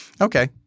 Okay